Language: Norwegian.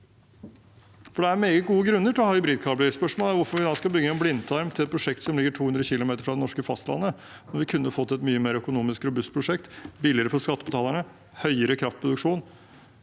meget gode grunner til å ha hybridkabler. Spørsmålet er hvorfor vi da skal bygge en blindtarm til et prosjekt som ligger 200 km fra det norske fastlandet når vi kunne fått et mye mer økonomisk robust prosjekt, billigere for skattebetalerne og med høyere kraftproduksjon